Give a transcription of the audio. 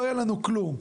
לא יהיה לנו כלום.